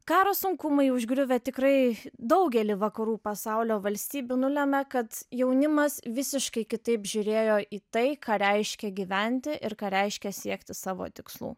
karo sunkumai užgriuvę tikrai daugelį vakarų pasaulio valstybių nulemia kad jaunimas visiškai kitaip žiūrėjo į tai ką reiškia gyventi ir ką reiškia siekti savo tikslų